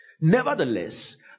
Nevertheless